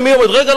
רגע,